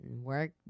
work